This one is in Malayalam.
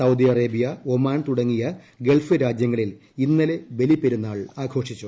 സൌദി അറേബ്യ ഒമാൻ തുടങ്ങിയ ഗൾഫ് രാജ്യങ്ങളിൽ ഇന്നലെ ബലിപെരുന്നാൾ ആഘോഷിച്ചു